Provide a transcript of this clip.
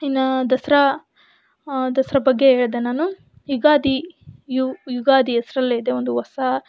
ಇನ್ನು ದಸರಾ ದಸರಾ ಬಗ್ಗೆ ಹೇಳಿದೆ ನಾನು ಯುಗಾದಿ ಯುಗಾದಿ ಹೆಸರಲ್ಲೇ ಇದೆ ಒಂದು ಹೊಸ